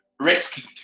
rescued